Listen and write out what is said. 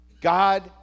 God